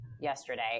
yesterday